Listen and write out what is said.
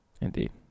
indeed